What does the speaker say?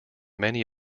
many